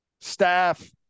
staff